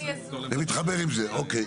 זה מתחבר עם זה, אוקיי.